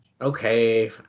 Okay